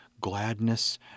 gladness